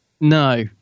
No